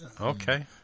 Okay